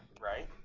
right